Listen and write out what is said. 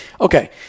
okay